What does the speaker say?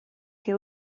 che